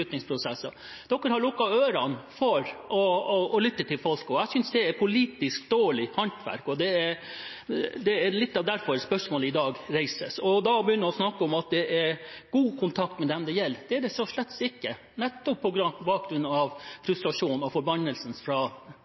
har lukket ørene for å lytte til folk. Det synes jeg er politisk dårlig håndverk, og det er litt derfor spørsmålet reises i dag. Det å da snakke om at det er god kontakt mellom dem det gjelder – det er det slett ikke, nettopp på bakgrunn av frustrasjonen og forbannelsen fra